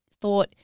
thought